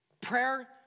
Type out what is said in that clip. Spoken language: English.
Prayer